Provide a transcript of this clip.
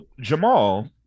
Jamal